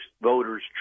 voters